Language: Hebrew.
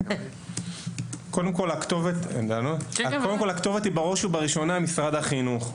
קודם כל, הכתובת, בראש ובראשונה, היא משרד החינוך.